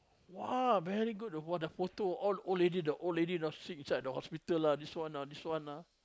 !wah! very good know the photo all old lady the old lady you know sit inside the hospital lah this one ah this one ah